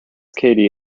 katie